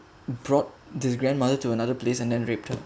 brought this grandmother to another place and then raped her